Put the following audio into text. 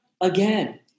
again